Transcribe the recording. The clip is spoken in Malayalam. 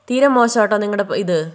തീരെ മോശമാട്ടോ നിങ്ങളുടെ ഇത്